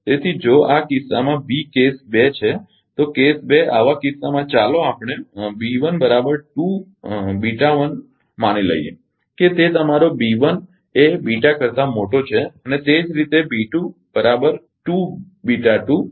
તેથી જો આ કિસ્સામાં બી કેસ 2 છે તો કેસ 2 આ કિસ્સામાં ચાલો આપણે માની લઈએ કે તે તમારો બી એ બીટાકરતાં મોટો છે અને તે જ રીતે અને છે